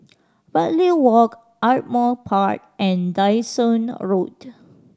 Bartley Walk Ardmore Park and Dyson Road